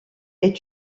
est